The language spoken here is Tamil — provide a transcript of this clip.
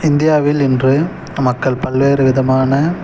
இந்தியாவில் இன்று மக்கள் பல்வேறு விதமான